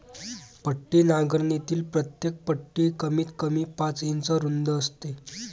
पट्टी नांगरणीतील प्रत्येक पट्टी कमीतकमी पाच इंच रुंद असते